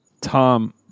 tom